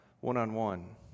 one-on-one